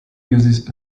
uses